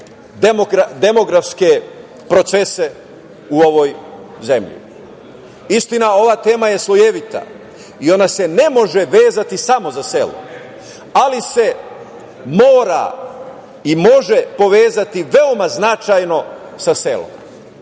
demografske procese u ovoj zemlji. Istina, ova tema je slojevita i ona se ne može vezati samo za selo, ali se mora i može povezati veoma značajno sa selom.